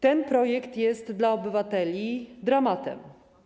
Ten projekt jest dla obywateli dramatem.